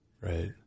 Right